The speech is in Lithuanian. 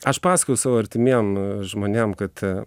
aš pasakojau savo artimiem žmonėm kad